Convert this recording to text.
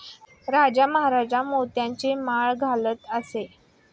राजा महाराजा मोत्यांची माळ घालत असे